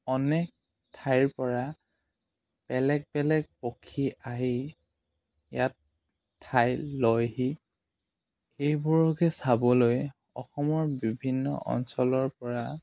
অনেক ঠাইৰ পৰা বেলেগ বেলেগ পক্ষী আহি ইয়াত ঠাই লয়হি এইবোৰকে চাবলৈ অসমৰ বিভিন্ন অঞ্চলৰ পৰা